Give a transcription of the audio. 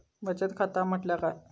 बचत खाता म्हटल्या काय?